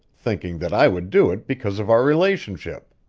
thinking that i would do it because of our relationship.